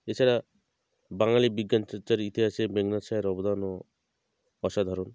এছাড়া বাঙালির বিজ্ঞান চর্চার ইতিহাসে মেঘনাদ সাহার অবদানও অসাধারণ